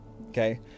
okay